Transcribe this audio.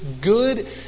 good